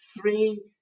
three